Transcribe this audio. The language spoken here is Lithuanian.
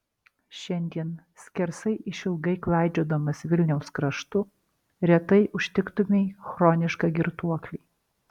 šiandien skersai išilgai klaidžiodamas vilniaus kraštu retai užtiktumei chronišką girtuoklį